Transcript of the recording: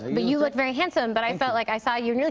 but you looked very handsome, but i felt like i saw you and you